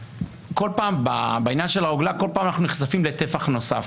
בעניין של הרוגלה בכל פעם אנחנו נחשפים לטפח נוסף,